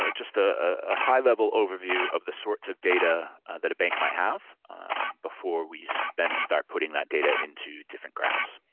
ah just ah a high level overview of the sorts of data that a bank might have before we so then start putting that data into different graphs.